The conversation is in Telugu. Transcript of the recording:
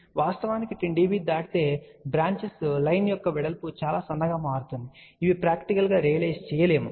వాస్తవానికి 10 dB దాటితే బ్రాంచెస్ లైన్ యొక్క వెడల్పు చాలా సన్నగా మారుతుంది ఇవి ప్రాక్టికల్ గా రియలైజ్ చేయలేము